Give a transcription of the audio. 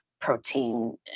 protein